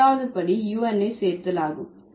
மூன்றாவது படி un ஐ சேர்த்தல் ஆகும்